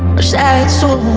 are sad so